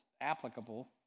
applicable